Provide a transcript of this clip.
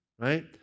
right